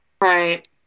Right